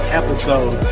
episode